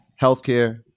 healthcare